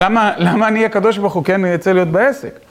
למה אני, הקדוש ברוך הוא, כן, ארצה להיות בעסק?